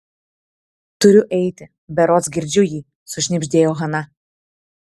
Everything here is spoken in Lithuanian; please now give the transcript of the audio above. turiu eiti berods girdžiu jį sušnibždėjo hana